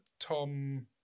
Tom